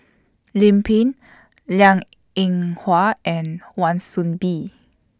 Lim Pin Liang Eng Hwa and Wan Soon Bee